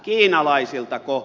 kiinalaisiltako